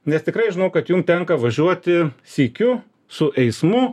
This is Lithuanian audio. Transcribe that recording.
nes tikrai žinau kad jums tenka važiuoti sykiu su eismu